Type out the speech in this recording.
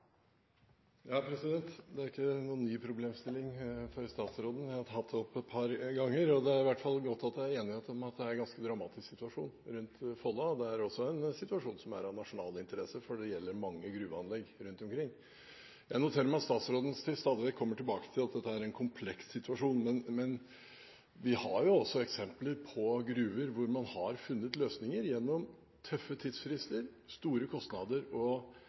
Det er ikke noen ny problemstilling for statsråden – jeg har tatt det opp et par ganger. Det er i hvert fall godt at det er enighet om at det er en ganske dramatisk situasjon rundt Folldal Gruver. Det er også en situasjon som er av nasjonal interesse, for det gjelder mange gruveanlegg rundt omkring. Jeg noterer meg at statsråden stadig vekk kommer tilbake til at dette er en kompleks situasjon, men vi har jo også eksempler på gruver hvor man har funnet løsninger gjennom tøffe tidsfrister, store kostnader og